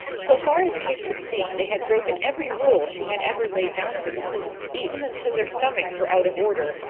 so far as kate could see they had broken every rule she had ever laid down for them eaten until their stomachs were out of order,